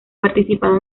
participado